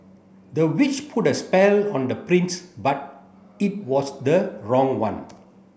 the witch put a spell on the prince but it was the wrong one